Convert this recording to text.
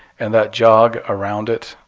and that jog around it,